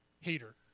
hater